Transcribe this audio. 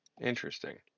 Interesting